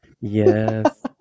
Yes